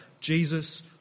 Jesus